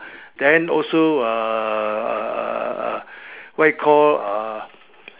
then also uh uh uh what you call uh